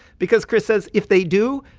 because, chris says, if they do,